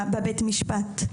בבית משפט.